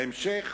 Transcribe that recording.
ההמשך